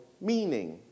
meaning